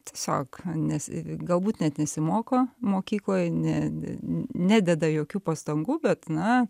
tiesiog nes galbūt net nesimoko mokykloje ne nededa jokių pastangų bet na